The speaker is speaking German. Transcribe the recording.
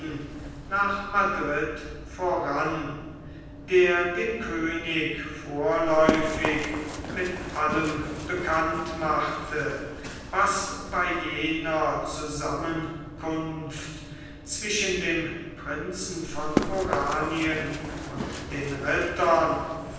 nach madrid voran der den könig vorläufig mit allem bekannt machte was bei jener zusammenkunft zwischen dem prinzen von oranien und den rittern